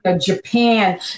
Japan